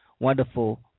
Wonderful